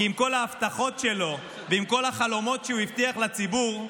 כי מכל ההבטחות שלו ומכל החלומות שהוא הבטיח לציבור,